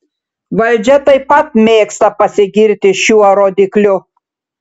valdžia taip pat mėgsta pasigirti šiuo rodikliu